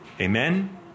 Amen